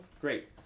Great